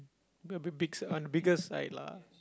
b~ b~ big on bigger side lah